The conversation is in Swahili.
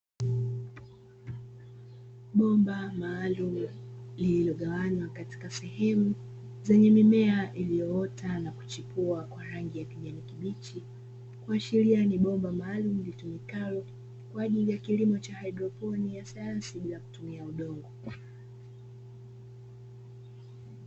Bomba maalumu lililogawanya katika sehemu zenye mimea iliyoota na kuchipua kwa ragi ya kijanai kibichi, kuashiria ni bomba maalumu litumikalo kwaajili ya kilimo cha haidroponi ya sayansi bila kutumia udongo.